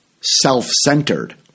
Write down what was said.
Self-centered